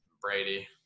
Brady